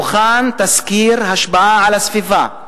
הוכן תסקיר השפעה על הסביבה,